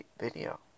video